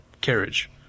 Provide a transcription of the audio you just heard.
carriage